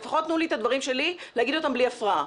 לפחות תנו לי את הדברים שלי להגיד אותם בלי הפרעה.